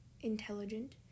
intelligent